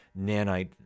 nanite